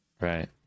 Right